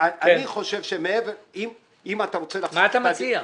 מה אתה מציע?